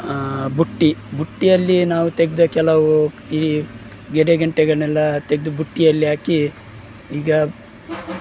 ಬುಟ್ಟಿ ಬುಟ್ಟಿಯಲ್ಲಿ ನಾವು ತೆಗೆದ ಕೆಲವು ಈ ಗಿಡ ಗೆಂಟೆಗಳನ್ನೆಲ್ಲ ತೆಗೆದು ಬುಟ್ಟಿಯಲ್ಲಿ ಹಾಕೀ ಈಗ